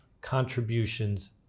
contributions